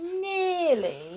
nearly